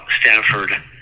stanford